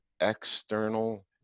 external